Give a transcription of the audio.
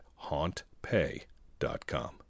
HauntPay.com